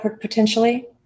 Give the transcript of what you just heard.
potentially